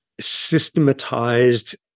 systematized